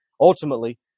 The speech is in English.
ultimately